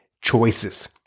choices